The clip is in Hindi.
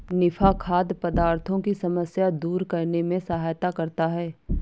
निफा खाद्य पदार्थों की समस्या दूर करने में सहायता करता है